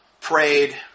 Prayed